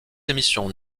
émissions